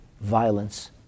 violence